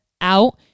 out